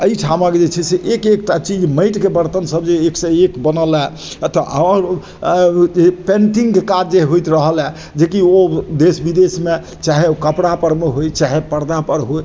अइ ठामक जे छै से एक एकटा चीज माटिके बरतन सब जे एक से एक बनल यऽ एतऽ आओर ओ पेन्टिंगके काज जे होइत रहल हइ जे कि ओ देश विदेशमे चाहय कपड़ा परमे होइ चाहय पर्दापर होइ